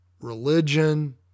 Religion